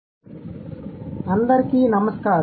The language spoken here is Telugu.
ఆర్టికల్స్ యొక్క అభివృద్ధి చరిత్ర అందరికీ నమస్కారం